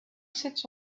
sits